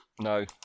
No